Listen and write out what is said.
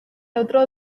otro